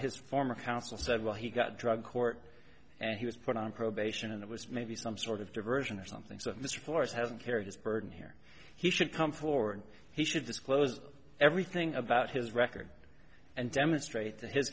his former counsel said well he got drug court and he was put on probation and it was maybe some sort of diversion or something sinister flora's hasn't carry this burden here he should come forward he should disclose everything about his record and demonstrate to hi